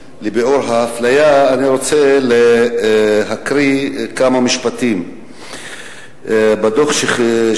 אני רוצה להקריא כמה משפטים מהדוח של ועדת האו"ם לביעור האפליה.